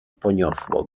poniosło